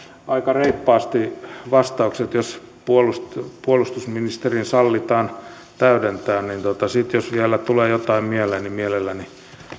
aika reippaasti vastauksia että jos puolustusministerin sallitaan täydentää sitten jos vielä tulee jotain mieleen niin mielelläni